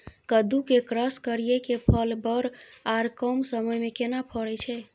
कद्दू के क्रॉस करिये के फल बर आर कम समय में केना फरय छै?